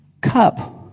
cup